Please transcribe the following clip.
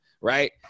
right